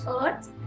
Earth